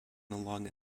along